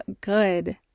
good